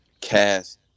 cast